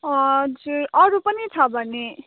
हजुर अरू पनि छ भने